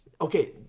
Okay